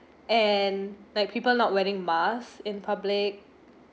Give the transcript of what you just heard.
and like people not wearing masks in public